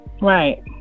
Right